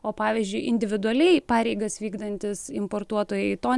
o pavyzdžiui individualiai pareigas vykdantys importuotojai to